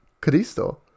Cristo